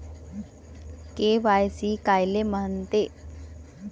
KYC कायले म्हनते?